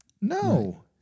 no